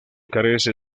carece